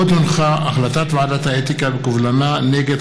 עוד הונחה החלטת ועדת האתיקה בקובלנה נגד